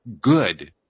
good